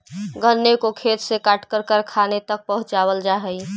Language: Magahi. गन्ने को खेत से काटकर कारखानों तक पहुंचावल जा हई